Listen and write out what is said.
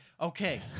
okay